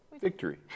victory